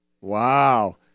Wow